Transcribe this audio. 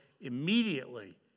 immediately